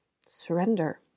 surrender